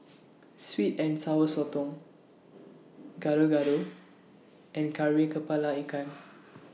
Sweet and Sour Sotong Gado Gado and Kari Kepala Ikan